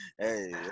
hey